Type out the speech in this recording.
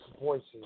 voices